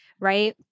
Right